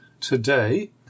today